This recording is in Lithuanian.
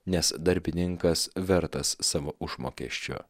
nes darbininkas vertas savo užmokesčio